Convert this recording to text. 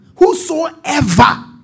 whosoever